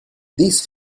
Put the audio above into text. these